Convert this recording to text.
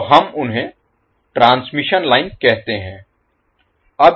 तो हम उन्हें ट्रांसमिशन लाइन कहते हैं